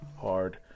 hard